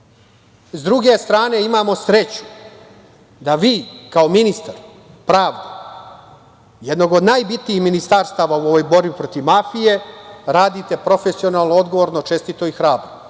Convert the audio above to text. druge strane imamo sreću da vi kao ministar pravde, jednog od najbitnijih ministarstava u ovoj borbi protiv mafije, radite profesionalno, odgovorno, čestito i hrabro.